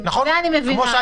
אני לא מקל